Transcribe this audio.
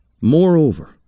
Moreover